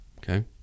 Okay